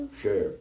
sure